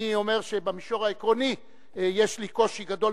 אני אומר שבמישור העקרוני יש לי קושי גדול